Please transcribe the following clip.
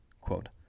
quote